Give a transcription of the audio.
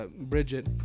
Bridget